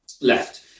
left